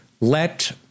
Let